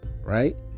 right